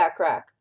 Backrack